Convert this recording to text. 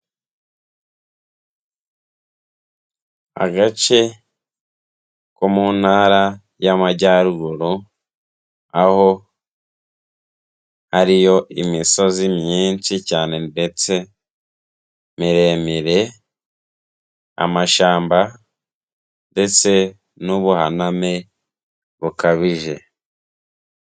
Agace ko mu ntara y'amajyaruguru aho hariyo imisozi myinshi cyane ndetse miremire, amashyamba ndetse n'ubuhaname bukabije.